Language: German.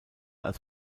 als